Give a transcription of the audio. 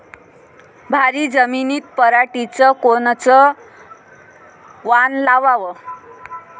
भारी जमिनीत पराटीचं कोनचं वान लावाव?